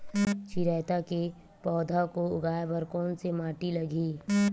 चिरैता के पौधा को उगाए बर कोन से माटी लगही?